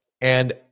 and-